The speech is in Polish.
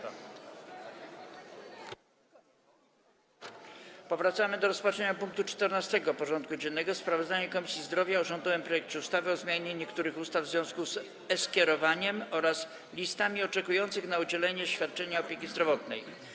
Powracamy do rozpatrzenia punktu 14. porządku dziennego: Sprawozdanie Komisji Zdrowia o rządowym projekcie ustawy o zmianie niektórych ustaw w związku z e-skierowaniem oraz listami oczekujących na udzielenie świadczenia opieki zdrowotnej.